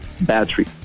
battery